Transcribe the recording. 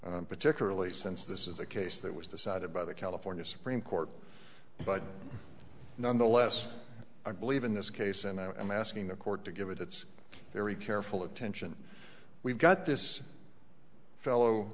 satisfy particularly since this is a case that was decided by the california supreme court but nonetheless i believe in this case and i'm asking the court to give it its very careful attention we've got this fellow